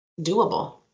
doable